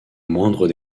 moindres